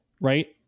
right